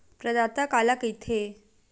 प्रदाता काला कइथे?